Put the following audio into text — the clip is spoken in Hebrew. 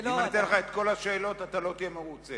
אם אני אתן לך את כל השאלות, אתה לא תהיה מרוצה.